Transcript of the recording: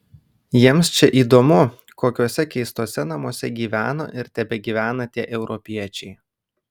jiems čia įdomu kokiuose keistuose namuose gyveno ir tebegyvena tie europiečiai